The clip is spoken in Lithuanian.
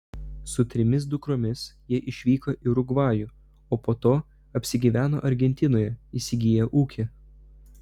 su trimis dukromis jie išvyko į urugvajų o po to apsigyveno argentinoje įsigiję ūkį